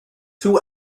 two